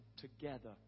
together